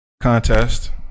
contest